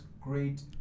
great